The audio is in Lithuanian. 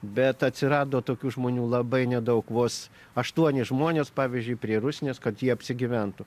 bet atsirado tokių žmonių labai nedaug vos aštuoni žmonės pavyzdžiui prie rusnės kad jie apsigyventų